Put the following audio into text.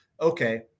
okay